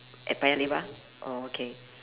at paya-lebar okay